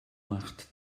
macht